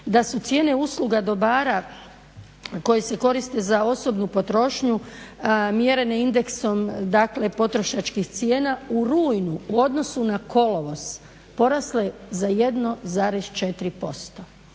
da su cijene usluga dobara koji se koriste za osobnu potrošnju mjerene indeksom dakle potrošačkih cijena u rujnu u odnosu na kolovoz porasle za 1,4%.